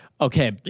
Okay